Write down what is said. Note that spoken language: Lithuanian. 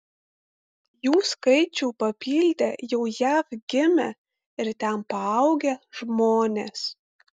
jų skaičių papildė jau jav gimę ir ten paaugę žmonės